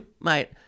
mate